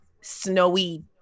snowy